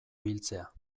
biltzea